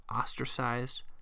ostracized